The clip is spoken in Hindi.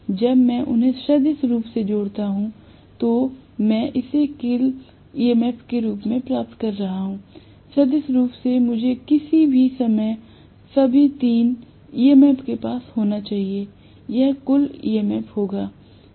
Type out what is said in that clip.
जब मैं उन्हें सदिश रूप से जोड़ता हूं तो मैं इसे कुल EMF के रूप में प्राप्त करने जा रहा हूं सदिश रूप से मुझे किसी भी समय सभी तीन EMF के पास होना चाहिए यह कुल EMF होगा